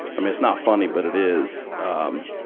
um it's not funny but it is um,